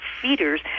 feeders